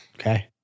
Okay